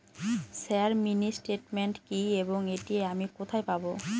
Sir mini statement কি এবং এটি আমি কোথায় পাবো?